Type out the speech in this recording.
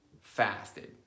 fasted